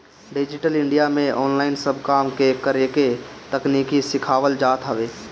digital India में online सब काम के करेके तकनीकी सिखावल जात हवे